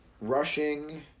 rushing